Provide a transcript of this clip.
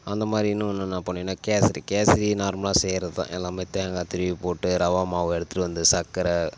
அந்த மாரி இன்னொன்று என்ன பண்ணேன்னா கேசரி கேசரி நார்மலாக செய்யறது தான் எல்லாமே தேங்காய் திருவிப் போட்டு ரவா மாவு எடுத்துகிட்டு வந்து சக்கரை